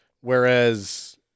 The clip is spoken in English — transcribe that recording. whereas